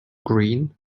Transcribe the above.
green